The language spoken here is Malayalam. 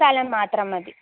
സ്ഥലം മാത്രം മതി